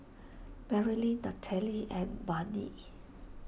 Marylin Nathalie and Barney